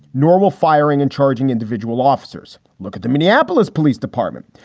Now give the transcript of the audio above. normal firing and charging individual officers. look at the minneapolis police department.